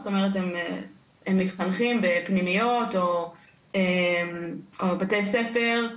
זאת אומרת הם מתחנכים בפנימיות או בתי ספר,